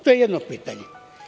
To je jedno pitanje.